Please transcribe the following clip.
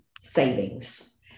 savings